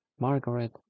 Margaret